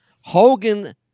Hogan